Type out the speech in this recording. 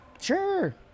Sure